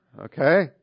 Okay